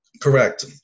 Correct